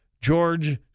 George